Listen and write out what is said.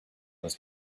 his